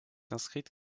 inscrite